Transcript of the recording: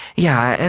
yeah, and,